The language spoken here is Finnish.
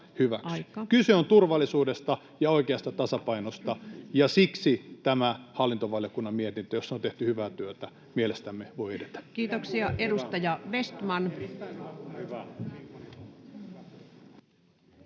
Kyse on turvallisuudesta ja oikeasta tasapainosta, ja siksi tämä hallintovaliokunnan mietintö, jossa on tehty hyvää työtä, mielestämme voi edetä. [Perussuomalaisten